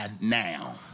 now